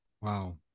Wow